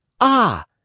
Ah